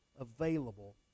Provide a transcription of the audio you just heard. available